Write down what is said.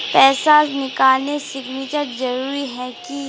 पैसा निकालने सिग्नेचर जरुरी है की?